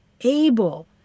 able